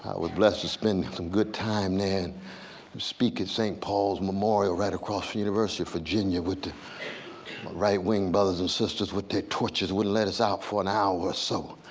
was blessed to spend some good time there and speak at st. paul's memorial right across the university of virginia with my right wing brothers and sisters with their torchers wouldn't let us out for an hour or so.